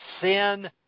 sin